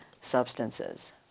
substances